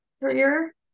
career